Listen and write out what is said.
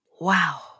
wow